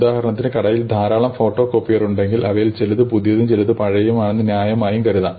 ഉദാഹരണത്തിന് കടയിൽ ധാരാളം ഫോട്ടോ കോപ്പിയറുകളുണ്ടെങ്കിൽ അവയിൽ ചിലത് പുതിയതും ചിലത് പഴയതുമാണെന്ന് ന്യായമായും കരുതാം